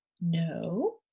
No